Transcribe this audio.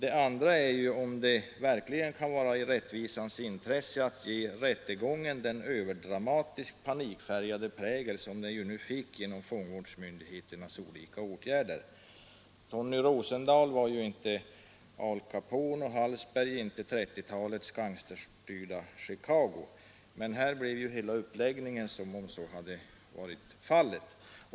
En annan sak är om det verkligen kan ligga i rättvisans intresse att ge rättegången den överdramatiska, panikfärgade prägel som den nu fick genom fångvårdsmyndigheternas olika åtgärder. Tony Rosendahl är inte Al Capone och Hallsberg inte 1930-talets gangsterstyrda Chicago. Men hela rättegången lades upp som om så hade varit fallet.